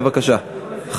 בבקשה.